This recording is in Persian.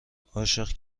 عاشق